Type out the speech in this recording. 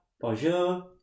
Bonjour